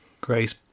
Grace